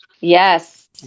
Yes